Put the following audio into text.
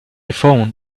phoned